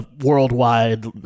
worldwide